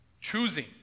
choosing